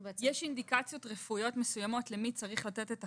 יש אינדיקציות רפואיות מסוימות למי צריך לתת את החיסון.